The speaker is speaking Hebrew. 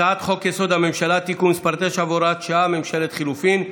הצעת חוק-יסוד: הממשלה (תיקון מס' 9 והוראת שעה) (ממשלת חילופים),